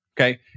Okay